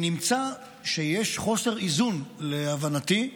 נמצא שיש חוסר איזון, להבנתי.